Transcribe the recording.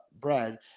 bread